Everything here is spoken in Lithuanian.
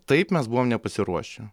taip mes buvom nepasiruošę